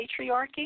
Patriarchy